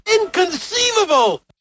Inconceivable